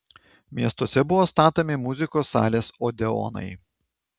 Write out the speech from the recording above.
miestuose buvo statomi muzikos salės odeonai